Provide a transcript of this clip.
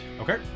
Okay